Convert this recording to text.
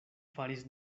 faris